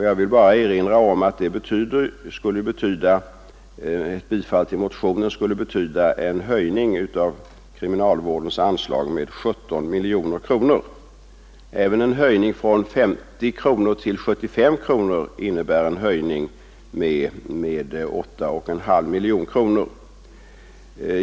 Jag vill erinra om att ett bifall till motionen skulle betyda en höjning av kriminalvårdens anslag med 17 miljoner kronor; en höjning från 50 kronor till 75 kronor skulle innebära en anslagshöjning med 8,5 miljoner kronor.